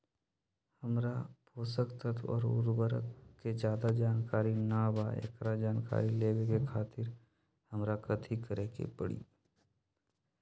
हमरा पोषक तत्व और उर्वरक के ज्यादा जानकारी ना बा एकरा जानकारी लेवे के खातिर हमरा कथी करे के पड़ी?